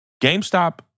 GameStop